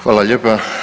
Hvala lijepa.